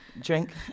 Drink